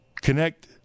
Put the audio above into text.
connect